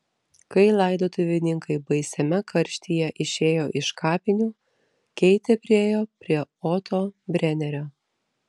kai laidotuvininkai baisiame karštyje išėjo iš kapinių keitė priėjo prie oto brenerio